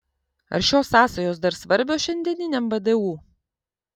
ar šios sąsajos dar svarbios šiandieniniam vdu